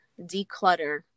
declutter